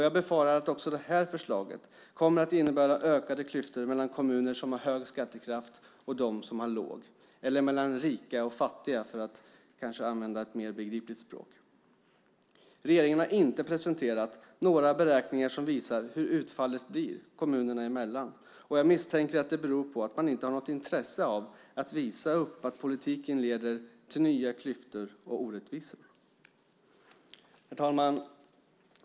Jag befarar att också det här förslaget kommer att innebära ökade klyftor mellan kommuner som har hög skattekraft och de som har låg - eller mellan rika och fattiga för att använda ett mer begripligt språk. Regeringen har inte presenterat några beräkningar som visar hur utfallet blir kommunerna emellan. Jag misstänker att det beror på att man inte har något intresse av att visa upp att politiken leder till nya klyftor och orättvisor. Herr talman!